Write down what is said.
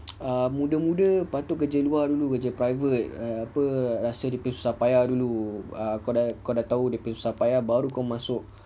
err muda-muda patut kerja luar dulu kerja private apa rasa dia punya susah payah dulu err kau dah kau dah tahu dia punya susah payah baru kau masuk